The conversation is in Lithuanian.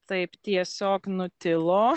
taip tiesiog nutilo